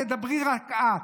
תדברי רק את,